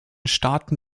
staaten